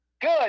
Good